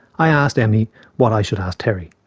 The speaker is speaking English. i asked emmie what i should ask terry.